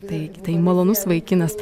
taip tai malonus vaikinas